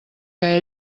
que